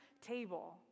table